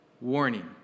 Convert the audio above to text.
warning